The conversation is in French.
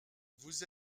vous